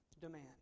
demand